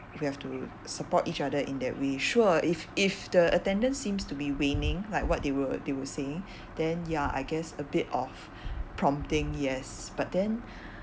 we have to support each other in that way sure if if the attendance seems to be waning like what they were they were saying then ya I guess a bit of prompting yes but then